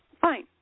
Fine